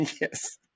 Yes